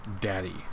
Daddy